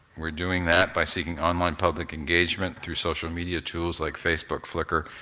we're doing that by seeking online public engagement through social media tools like facebook, flickr,